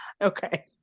Okay